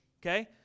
okay